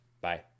bye